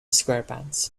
squarepants